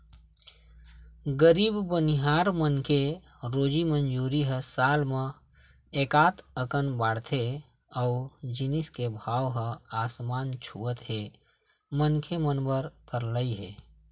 गरीब बनिहार मन के रोजी मंजूरी ह साल म एकात अकन बाड़थे अउ जिनिस के भाव ह आसमान छूवत हे मनखे मन बर करलई हे